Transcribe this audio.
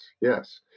Yes